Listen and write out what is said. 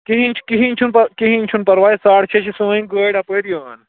کِہیٖنۍ چھُ کِہیٖنۍ چھُنہٕ پہ کِہیٖنۍ چھُنہٕ پَرواے ساڑٕ شےٚ چھِ سٲنۍ گٲڑۍ اَپٲرۍ یِوان